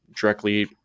directly